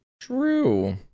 true